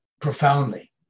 profoundly